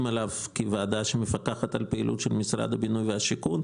עליו כוועדה שמפקחת על הפעילות של משרד הבינוי והשיכון,